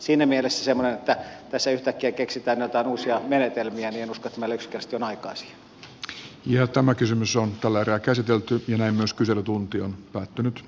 siinä mielessä semmoinen että tässä yhtäkkiä keksitään joitain uusia menetelmiä en usko että meillä yksinkertaisesti on tällä erää käsitelty jälleen myös kyselytunti aikaa siihen